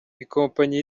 ikompanyi